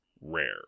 rare